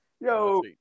Yo